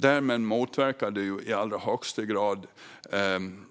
Därmed motverkas